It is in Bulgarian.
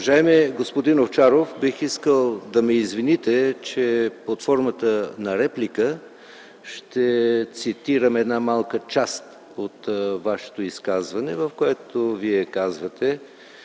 Уважаеми господин Овчаров, бих искал да ме извините, че под формата на реплика ще цитирам малка част от Вашето изказване, в което казахте,